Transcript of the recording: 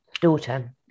daughter